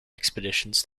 expeditions